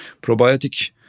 probiotic